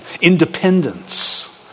independence